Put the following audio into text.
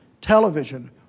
television